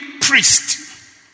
priest